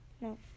No